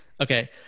Okay